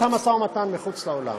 שינהלו את המשא ומתן מחוץ לאולם.